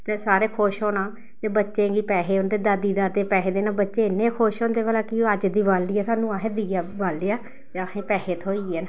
ते सारे खुश होना ते बच्चें गी पैसे उं'दे दादी दादे पैसे देन बच्चे इन्ने खुश होंदे भला कि अज्ज देआली ऐ सानूं असें दीआ बालेआ ते असें गी पैसे थ्होई गे न